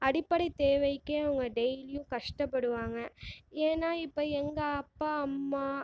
அடிப்படைத் தேவைக்கு அவங்க டெய்லியும் கஷ்டப்படுவாங்கள் ஏன்னால் இப்போ எங்கள் அப்பா அம்மா